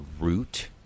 root